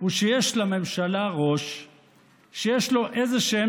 הוא שיש לממשלה ראש שיש לו איזשהן